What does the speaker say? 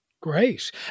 Great